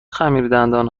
خمیردندان